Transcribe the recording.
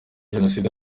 jenoside